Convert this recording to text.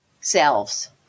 selves